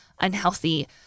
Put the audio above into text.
unhealthy